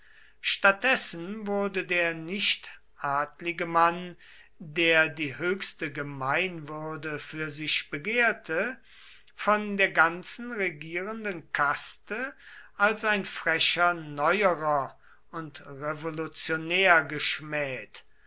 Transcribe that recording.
statt dessen wurde der nicht adlige mann der die höchste gemeinwürde für sich begehrte von der ganzen regierenden kaste als ein frecher neuerer und revolutionär geschmäht